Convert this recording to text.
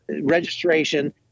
registration